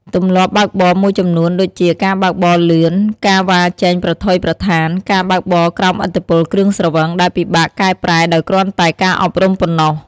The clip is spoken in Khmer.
ទម្លាប់បើកបរមួយចំនួនដូចជា ការបើកបរលឿន ការវ៉ាជែងប្រថុយប្រថាន ការបើកបរក្រោមឥទ្ធិពលគ្រឿងស្រវឹងដែលពិបាកកែប្រែដោយគ្រាន់តែការអប់រំប៉ុណ្ណោះ។